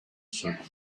circuit